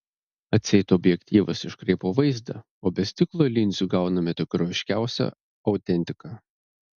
atseit objektyvas iškraipo vaizdą o be stiklo linzių gauname tikroviškiausią autentiką